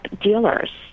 dealers